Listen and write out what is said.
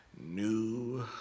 New